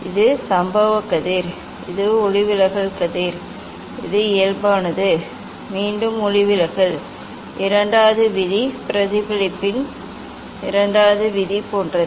இது சம்பவ கதிர் இது ஒளிவிலகல் கதிர் இது இயல்பானது மீண்டும் ஒளிவிலகல் இரண்டாவது விதி பிரதிபலிப்பின் இரண்டாவது விதி போன்றது